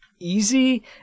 easy